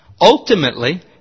Ultimately